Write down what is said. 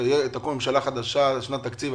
כשתקום ממשלה חדשה בשנת התקציב,